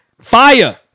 Fire